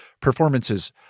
performances